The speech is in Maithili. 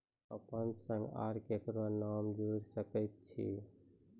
अपन संग आर ककरो नाम जोयर सकैत छी?